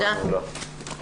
הישיבה ננעלה בשעה 10:00.